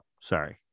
Sorry